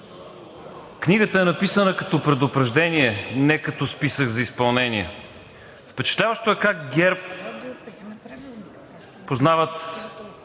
Книгата е написана като предупреждение, не като списък за изпълнение. Впечатляващо е как ГЕРБ познават